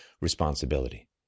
responsibility